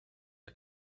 der